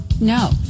No